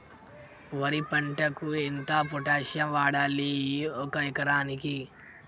వరి పంటకు ఎంత పొటాషియం వాడాలి ఒక ఎకరానికి?